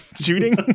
shooting